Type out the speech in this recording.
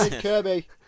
Kirby